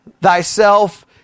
thyself